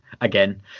Again